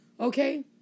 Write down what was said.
Okay